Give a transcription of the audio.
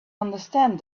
understand